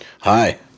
Hi